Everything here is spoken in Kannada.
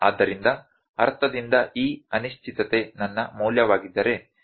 ಆದ್ದರಿಂದ ಅರ್ಥದಿಂದ ಈ ಅನಿಶ್ಚಿತತೆ ನನ್ನ ಮೌಲ್ಯವಾಗಿದ್ದರೆ